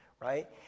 right